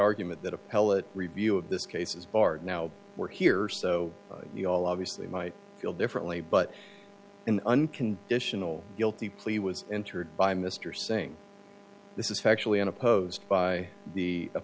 argument that appellate review of this case is barred now we're here so we all obviously might feel differently but in unconditional guilty plea was entered by mr saying this is factually unopposed by the